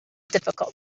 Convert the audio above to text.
difficult